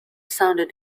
sounded